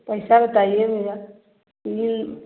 पैसा बताइए भैया बिल